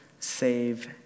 save